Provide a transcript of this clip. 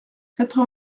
quatre